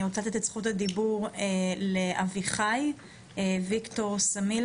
אני רוצה לתת את זכות הדיבור לאביחי ויקטור סמילה,